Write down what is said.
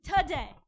today